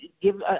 give